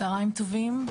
צהריים טובים,